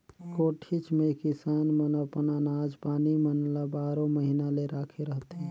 कोठीच मे किसान मन अपन अनाज पानी मन ल बारो महिना ले राखे रहथे